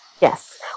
Yes